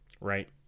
right